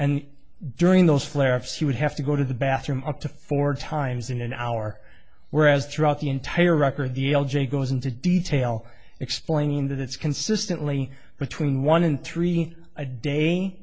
and during those flare ups he would have to go to the bathroom up to four times in an hour whereas throughout the entire record the l g goes into detail explaining that it's consistently between one and three a day